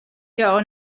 girl